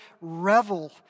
revel